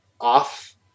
off